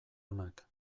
onak